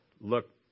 look